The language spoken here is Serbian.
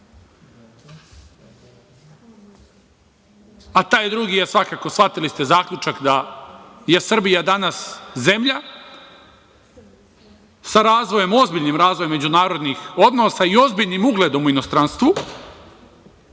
A taj drugi je, shvatili ste, zaključak da je Srbija danas zemlja sa ozbiljnim razvojem međunarodnih odnosa i ozbiljnim ugledom u inostranstvu